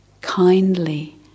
Kindly